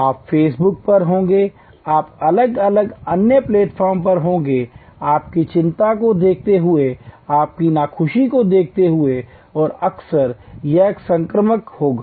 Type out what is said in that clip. आप Facebook पर होंगे आप अलग अलग अन्य प्लेटफॉर्म पर होंगे आपकी चिंता को देखते हुए आपकी नाखुशी को देखते हुए और अक्सर यह संक्रामक होगा